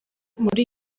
muri